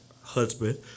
husband